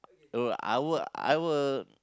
I will I will I will